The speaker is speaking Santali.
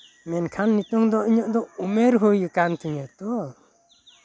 ᱢᱮᱱᱠᱷᱟᱱ ᱱᱤᱛᱚᱝ ᱫᱚ ᱤᱧᱟᱹᱜ ᱫᱚ ᱩᱢᱮᱨ ᱦᱩᱭ ᱠᱟᱱ ᱛᱤᱧᱟ ᱛᱚ